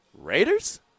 Raiders